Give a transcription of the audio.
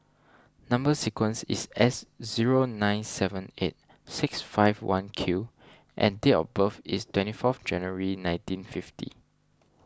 Number Sequence is S zero nine seven eight six five one Q and date of birth is twenty fourth January nineteen fifty